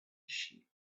sheep